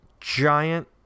giant